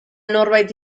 norbait